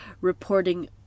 reporting